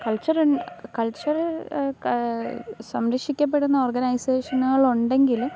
culture in culture ക സംരക്ഷിക്കപ്പെടുന്ന ഓർഗനൈസേഷനുകളുണ്ടെങ്കിലും